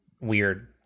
weird